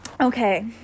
okay